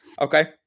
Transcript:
Okay